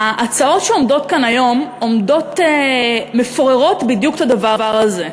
ההצעות שעומדות כאן היום מפוררות בדיוק את הדבר הזה.